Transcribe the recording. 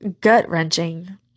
gut-wrenching